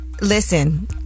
listen